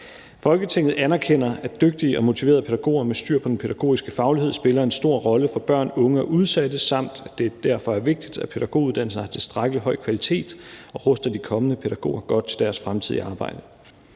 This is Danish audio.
»Folketinget anerkender, at dygtige og motiverede pædagoger med styr på den pædagogiske faglighed spiller en stor rolle for børn, unge og udsatte, og at det derfor er vigtigt, at pædagoguddannelsen har tilstrækkelig høj kvalitet og ruster de kommende pædagoger godt til deres fremtidige arbejde.